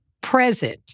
present